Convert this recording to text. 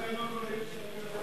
הוא לא צריך לענות למי שלא נמצא.